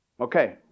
Okay